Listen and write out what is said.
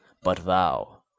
but thou,